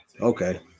Okay